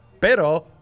pero